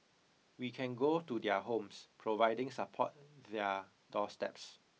we can go to their homes providing support their doorsteps